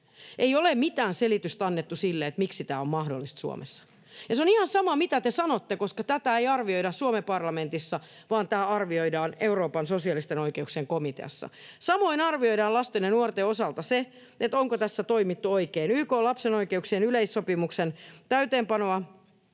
Ei ole mitään selitystä annettu sille, miksi tämä on mahdollista Suomessa. Ja se on ihan sama, mitä te sanotte, koska tätä ei arvioida Suomen parlamentissa, vaan tämä arvioidaan Euroopan sosiaalisten oikeuksien komiteassa. Samoin arvioidaan lasten ja nuorten osalta se, onko tässä toimittu oikein. YK:n lapsen oikeuksien yleissopimuksen täytäntöönpanoa